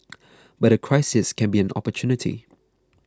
but a crisis can be an opportunity